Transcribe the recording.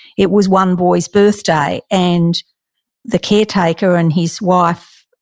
it was one boy's birthday. and the caretaker and his wife,